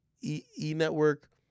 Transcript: E-Network